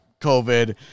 COVID